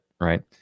right